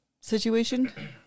situation